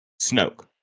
Snoke